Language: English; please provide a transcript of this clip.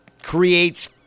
creates